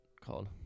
called